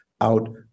out